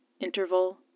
Interval